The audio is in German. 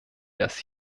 das